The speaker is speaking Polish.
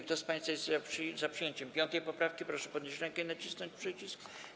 Kto z państwa jest za przyjęciem 5. poprawki, proszę podnieść rękę i nacisnąć przycisk.